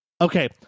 Okay